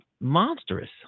monstrous